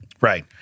Right